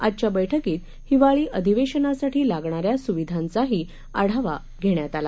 आजच्या बैठकीत हिवाळी अधिवेशनासाठी लागणाऱ्या सुविधांचाही आढावा घेण्यात आला